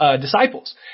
disciples